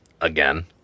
Again